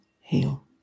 heal